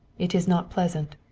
it is not pleasant.